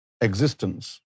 existence